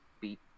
beat